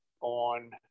on